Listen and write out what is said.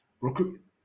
recruit